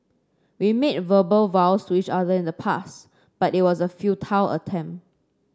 we made verbal vows to each other in the past but it was a futile attempt